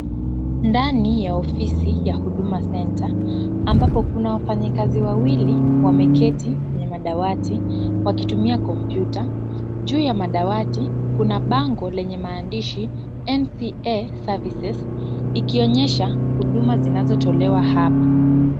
Ndani ya ofisi ya Huduma Center ambapo kuna wafanyikazi wawili wameketi kwenye madawati wakitumia kompyuta. Juu ya madawati kuna bango lenye maandishi NPA Services ,ikionyesha huduma zinazotolewa hapo.